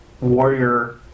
warrior